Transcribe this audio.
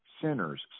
sinners